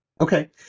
Okay